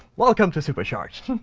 welcome to supercharged.